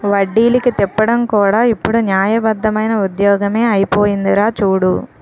వడ్డీలకి తిప్పడం కూడా ఇప్పుడు న్యాయబద్దమైన ఉద్యోగమే అయిపోందిరా చూడు